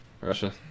Russia